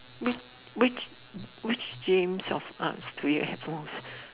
which which which James of arts do you have most